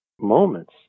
moments